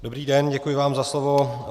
Dobrý den, děkuji vám za slovo.